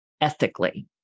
ethically